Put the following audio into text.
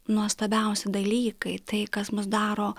nuostabiausi dalykai tai kas mus daro